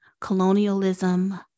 colonialism